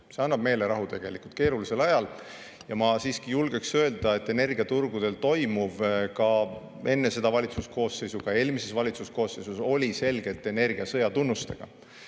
See annab meelerahu keerulisel ajal. Ma julgen öelda, et energiaturgudel toimuv ka enne seda valitsuskoosseisu, ka eelmise valitsuskoosseisu ajal oli selgelt energiasõja tunnustega.